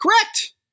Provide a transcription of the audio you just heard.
correct